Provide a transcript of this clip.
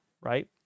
right